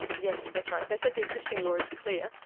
yes, that's right, they said the existing law is clear,